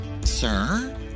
Sir